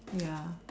ya